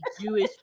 Jewish